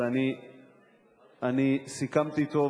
ואני סיכמתי אתו,